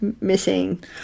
Missing